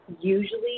usually